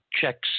checks